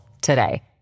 today